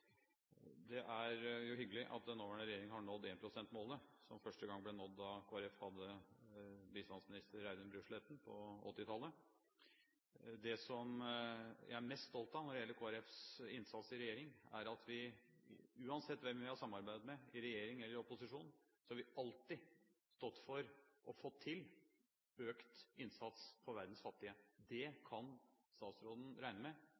som jeg er mest stolt av når det gjelder Kristelig Folkepartis innsats i regjering, er at uansett hvem vi har samarbeidet med i regjering eller i opposisjon, så har vi alltid stått for og fått til økt innsats for verdens fattige. Det kan statsråden regne med